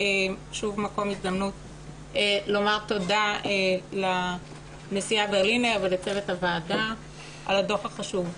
שוב זו הזדמנות לומר תודה לנשיאה ברלינר ולצוות הוועדה על הדוח החשוב.